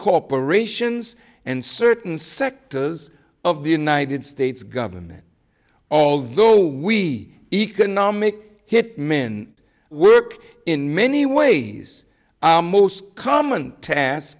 corporations and certain sectors of the united states government although we economic hit men work in many ways most common tas